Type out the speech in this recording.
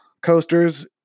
coasters